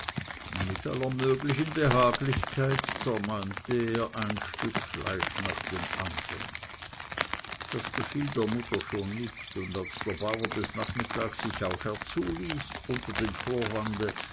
mit aller möglichen behaglichkeit zermalmte er ein stück fleisch nach dem andern das gefiel der mutter schon nicht und als der bauer des nachmittags sich auch herzuließ unter dem vorwande